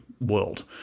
world